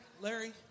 Larry